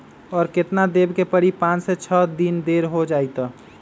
और केतना देब के परी पाँच से छे दिन देर हो जाई त?